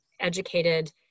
educated